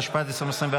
התשפ"ד 2024,